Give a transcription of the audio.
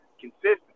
consistent